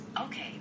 Okay